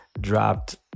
dropped